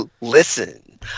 Listen